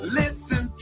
listen